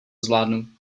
zvládnu